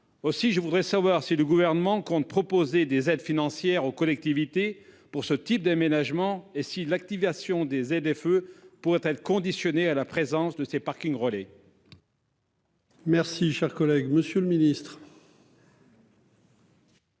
Je souhaite savoir si le Gouvernement compte proposer des aides financières aux collectivités pour ce type d'aménagements et si l'activation des ZFE pourrait être conditionnée à la présence de ces parkings relais. La parole est à M. le ministre.